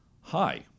hi